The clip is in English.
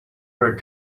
her